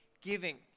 giving